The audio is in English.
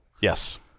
Yes